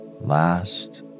last